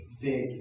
big